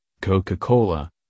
Coca-Cola